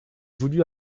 voulu